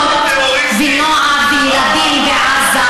תינוקות, נוער וילדים בעזה,